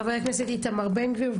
חבר הכנסת איתמר בן גביר.